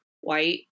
White